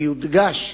ויודגש: